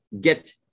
get